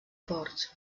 ports